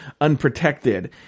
unprotected